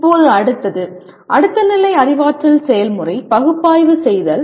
இப்போது அடுத்தது அடுத்த நிலை அறிவாற்றல் செயல்முறை பகுப்பாய்வு செய்தல்